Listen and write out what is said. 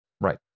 right